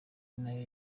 nayo